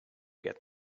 get